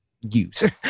use